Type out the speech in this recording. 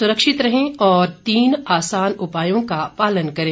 सुरक्षित रहें और इन आसान उपायों का पालन करें